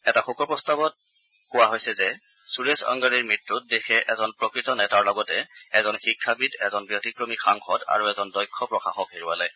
এই শোক প্ৰস্তাৱত কোৱা হৈছে যে সুৰেশ অংগাড়ীৰ মৃত্যুত দেশে এজন প্ৰকৃত নেতাৰ লগতে এজন শিক্ষাবিদ এজন ব্যতিক্ৰমী সাংসদ আৰু এজন দক্ষ প্ৰশাসক হেৰুৱালে